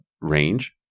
Range